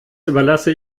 überlasse